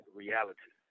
reality